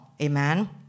Amen